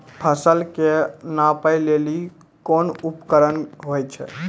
फसल कऽ नापै लेली कोन उपकरण होय छै?